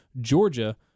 Georgia